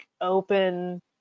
open